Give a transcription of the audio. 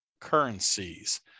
currencies